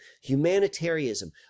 humanitarianism